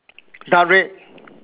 dark red